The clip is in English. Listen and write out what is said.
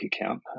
account